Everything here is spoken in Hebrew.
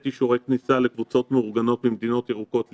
אישורי כניסה לקבוצות מאורגנות ממדינות ירוקות לישראל.